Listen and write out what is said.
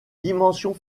dimensions